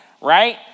right